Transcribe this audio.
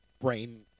brain